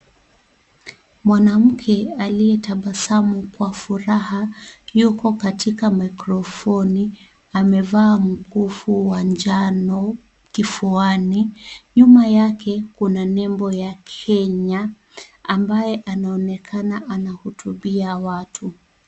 Mwanamke aliye tabasamu kwa furaha yupo katika microphone amevaa mkufu wa njano kifuani nyuma yake kuna nembo ya kenya ambaye anaonekana anahutubia watu.